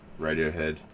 Radiohead